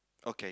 okay